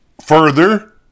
Further